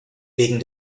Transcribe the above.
wegen